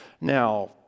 Now